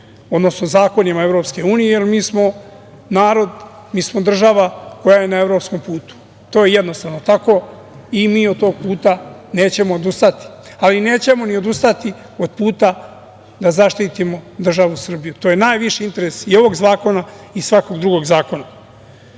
sa zakonima Evropske unije, jer mi smo narod, mi smo država koja je na evropskom putu. To je jednostavno tako i mi od tog puta nećemo odustati. Ali nećemo odustati ni od puta da zaštitimo državu Srbiju, to je najviši interes i ovog zakona i svakog drugog zakona. Nije